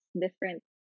different